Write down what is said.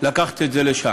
לקחת את זה לשם.